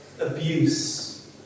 abuse